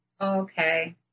Okay